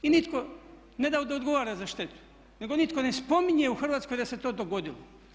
I nitko ne da ne odgovara za štetu nego nitko ne spominje u Hrvatskoj da se to dogodilo.